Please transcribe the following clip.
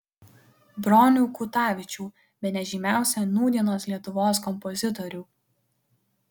bronių kutavičių bene žymiausią nūdienos lietuvos kompozitorių